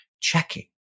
checking